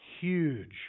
huge